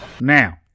Now